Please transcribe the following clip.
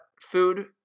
food